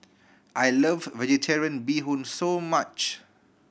I love Vegetarian Bee Hoon so much